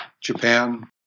Japan